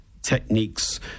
Techniques